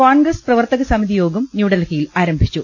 കോൺഗ്രസ് പ്രവർത്തകസമിതിയോഗും ന്യൂഡൽഹിയിൽ ആരംഭിച്ചു